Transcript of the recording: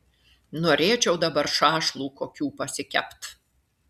norėčiau dabar šašlų kokių pasikept